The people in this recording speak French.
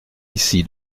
ici